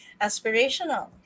aspirational